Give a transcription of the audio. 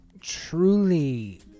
truly